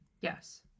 Yes